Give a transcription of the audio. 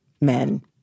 men